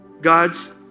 God's